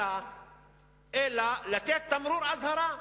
קריסה, אלא לתת תמרור אזהרה.